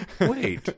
Wait